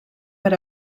per